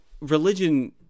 religion